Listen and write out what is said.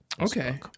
Okay